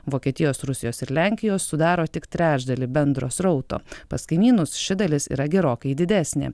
vokietijos rusijos ir lenkijos sudaro tik trečdalį bendro srauto pas kaimynus ši dalis yra gerokai didesnė